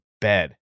bed